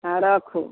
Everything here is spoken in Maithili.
आब रखू